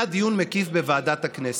היה דיון מקיף בוועדת הכנסת,